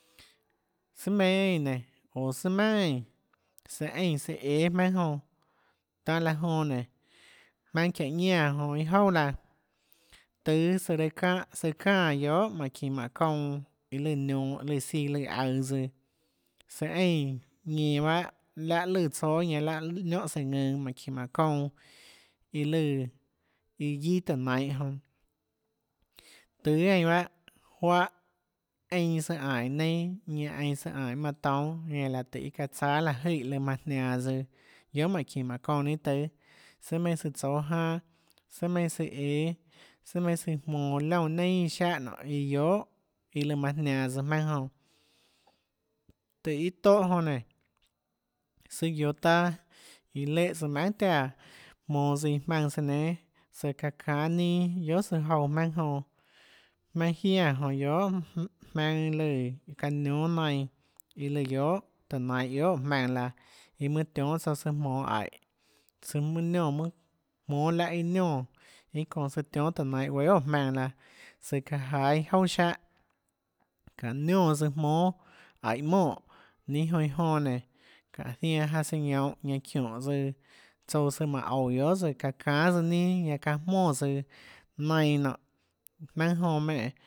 Sùà meinhâ eínã nénå oå sùà maønà eínã søã eínã søã æâ jmaønâ jonã tanâ laã jonã nénå jmaønâ çiáhå ñánâ jonã iâ jouà laã tùâ søã raâ çánhâ søã çanhà guiohà mánhå çinå mánhå çounã iã lùã nionå siã lùã aøå øå tsøã søã eínã ñenå bahâ láhã lùã tsóâ ñanã láhã niónhã sùhå ðønå mánhå çinå mánhå çouã iã lùã iã guiâ tùhå nainhå jonã tùâ eínã bahâ juáhã eínã søã ánå iâ neinâ ñanã eínã søã ánå iâ manã toúnâ ñanã laã tùhå iâ çaã tsáâ láhå jøè iã lùã manã jnianå tsøã guiohà mánhå çinå mánhå çounã ninâ tùâ sùà meinhâ søã tsóâ janâ sùà meinhâ søã õâ sùà meinhâ søã jmonå liónã neinâ iã siáhã nonê iã guiohà iã lùã manã jnianås jmaønã jonã tùhå iâ tóhã tóhã jonã nénå søã guioå taâ iã léhã tsøã maønhà tiáã jmonå tsøã iã jmaønâ søã nénâ søã çaã çánâ ninâ guiohà søã jouã jmaønâ jonã jmaønâ jiánã jonã guiohà jmaønãlùã çaã niónâ nainã iã lùã guiohà tùhå nainhå guiohà óå jmaønã laã iâ mønâ tionhâ søã søã jmonå aíhå søã mønã niónã mønâ jmónâ laiâ niónã iâ çonå tsøã tionhâ tùhå nainhå guéâ guiohà óå jmaønã laã søã çaã jáâ iâ jouà siáhã çáhå niónã tsøã jmónâ aíhå monè ninâ jonã iã jonã nénå çáhå zianã janã søã ñounhå ñanã çiónhå tsøã tsouã søã mánhå oúå guiohà tsøã ça ãçánâ tsøã ninâ ñanã çaã jmóã tsøã nainhã nonê jmaønâ jonã menè